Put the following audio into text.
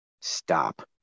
Stop